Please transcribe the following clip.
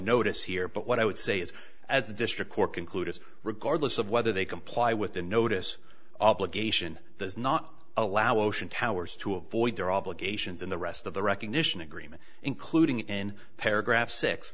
notice here but what i would say is as the district court concluded regardless of whether they comply with the notice obligation does not allow ocean towers to avoid their obligations in the rest of the recognition agreement including in paragraph s